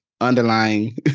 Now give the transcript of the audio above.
underlying